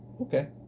okay